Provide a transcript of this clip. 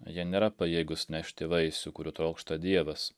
jie nėra pajėgūs nešti vaisių kurių trokšta dievas